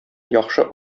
яхшы